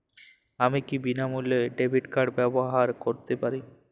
আমি কি বিনামূল্যে ডেবিট কার্ড ব্যাবহার করতে পারি?